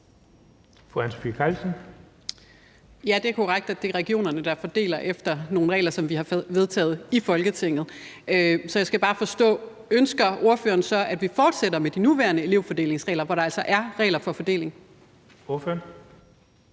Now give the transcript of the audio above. Anne Sophie Callesen (RV): Det er korrekt, at det er regionerne, der fordeler efter nogle regler, som vi har vedtaget i Folketinget. Jeg skal bare forstå, om det er sådan, at ordføreren ønsker, at vi fortsætter med de nuværende elevfordelingsregler, hvor der altså er regler for fordelingen.